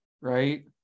Right